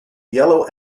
yellow